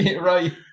right